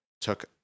took